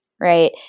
right